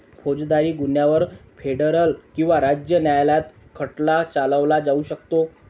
फौजदारी गुन्ह्यांवर फेडरल किंवा राज्य न्यायालयात खटला चालवला जाऊ शकतो